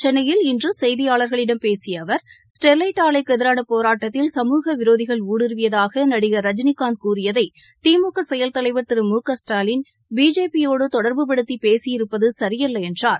சென்னையில் இன்று செய்தியாளர்களிடம் பேசிய அவர் ஸ்டெர்வைட் ஆலைக்கு எதிரான போராட்டத்தில் சமூக விரோதிகள் ஊடுருவியதாக நடிகர் ரஜினிகாந்த் கூறியதைதிமுக செயல் தலைவர் திரு முகஸ்டாலின் பிஜேபி யோடு தொடர்புபடுத்தி பேசியிருப்பது சரியல்ல என்றார்